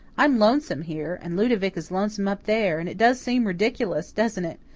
i'm lonesome here, and ludovic is lonesome up there, and it does seem ridiculous, doesn't it?